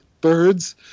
birds